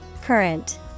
Current